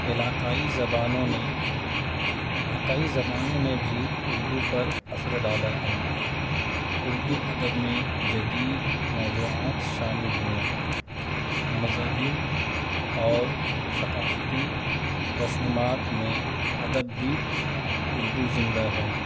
علاقائی زبانوں نے علاقائی زبانوں نے بھی اردو پر اثر ڈالا ہے اردو ادب میں جدید موضوعات شامل ہوئے مذہبی اور ثقافتی رسومات میں ادب بھی اردو زندہ ہے